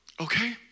okay